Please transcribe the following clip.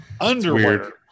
Underwear